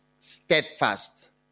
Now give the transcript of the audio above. steadfast